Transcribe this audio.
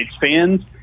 fans